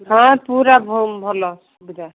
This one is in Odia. ହଁ ପୁରା ଭଲ ସୁବିଧା